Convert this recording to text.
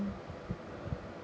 err